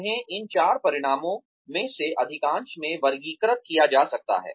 उन्हें इन चार परिणामों में से अधिकांश में वर्गीकृत किया जा सकता है